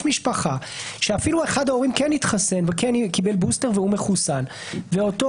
יש משפחה שאחד ההורים כן התחסן וכן קיבל בוסטר והוא מחוסן ואותו